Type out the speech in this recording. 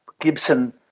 Gibson